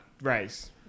race